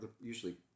usually